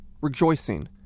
rejoicing